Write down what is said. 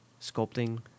sculpting